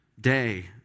day